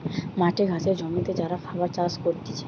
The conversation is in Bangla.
মাঠে ঘাটে জমিতে যারা খাবার চাষ করতিছে